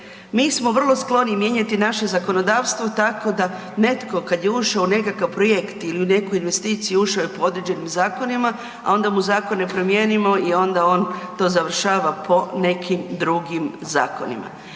Mi smo vrlo skloni mijenjati naše zakonodavstvo tako da netko kad je ušao u nekakav projekt ili nekakvu investiciju, ušao je po određenim zakonima, a onda mu zakone promijenimo i onda on to završava po nekim drugim zakonima.